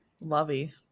lovey